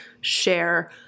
share